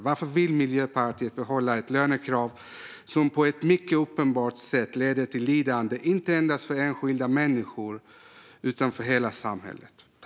Varför vill Miljöpartiet behålla ett lönekrav som på ett mycket uppenbart sätt leder till lidande, inte endast för enskilda människor utan för hela samhället?